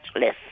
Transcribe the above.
less